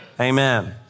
Amen